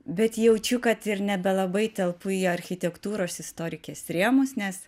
bet jaučiu kad ir nebelabai telpu į architektūros istorikės rėmus nes